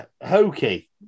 hokey